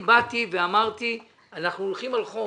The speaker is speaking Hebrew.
אני אמרתי שאנחנו הולכים על חוק